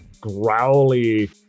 growly